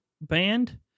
band